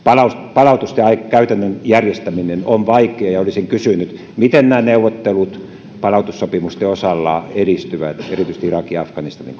palautusten käytännön järjestäminen on vaikeaa ja olisin kysynyt miten nämä neuvottelut palautussopimusten osalta edistyvät erityisesti irakin ja afganistanin